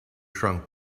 shrunk